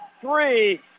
Three